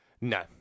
No